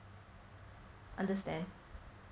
understand